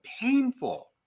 painful